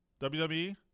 WWE